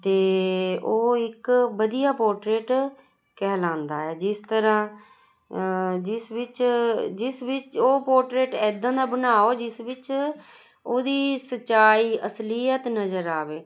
ਅਤੇ ਉਹ ਇੱਕ ਵਧੀਆ ਪੋਰਟਰੇਟ ਕਹਿਲਾਉਂਦਾ ਹੈ ਜਿਸ ਤਰ੍ਹਾਂ ਜਿਸ ਵਿੱਚ ਜਿਸ ਵਿੱਚ ਉਹ ਪੋਰਟਰੇਟ ਇੱਦਾਂ ਦਾ ਬਣਾਓ ਜਿਸ ਵਿੱਚ ਉਹਦੀ ਸੱਚਾਈ ਅਸਲੀਅਤ ਨਜ਼ਰ ਆਵੇ